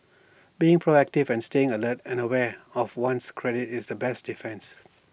being proactive and staying alert and aware of one's credit is the best defence